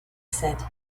said